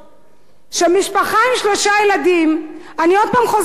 שמשפחה עם שלושה ילדים, אני עוד פעם חוזרת לקיץ,